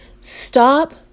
Stop